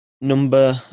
Number